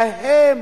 להם